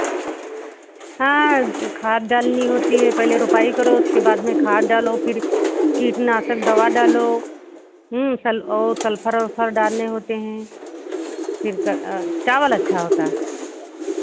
हाँ खाद डालनी होती है पहले रोपाई करो उसके बाद में खाद डालो फिर कीटनाशक दवा डालो सल् और सल्फ़र ओल्फ़र डालने होते हैं फिर चावल अच्छा होता है